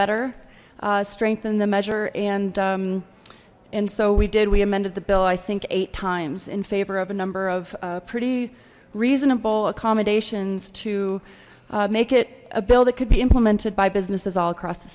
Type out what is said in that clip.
better strengthen the measure and and so we did we amended the bill i think eight times in favor of a number of pretty reasonable accommodations to make it a bill that could be implemented by businesses all across the